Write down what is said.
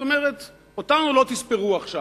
זאת אומרת: אותנו לא תספרו עכשיו.